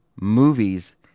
movies